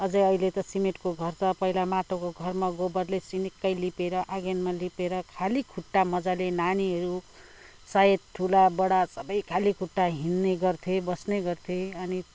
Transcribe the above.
अझ अहिले त सिमेन्टको घर छ पहिला त माटोको घरमा गोबरले सिनिक्कै लिपेर आँगनमा लिपेर खाली खुट्टा मजाले नानीहरू सायद ठुलाबडा सबै खाली खुट्टा हिँड्ने गर्थेँ बस्ने गर्थेँ